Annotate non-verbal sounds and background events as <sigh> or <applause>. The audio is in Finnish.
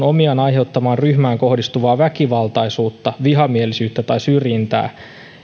<unintelligible> omiaan aiheuttamaan ryhmään kohdistuvaa väkivaltaisuutta vihamielisyyttä tai syrjintää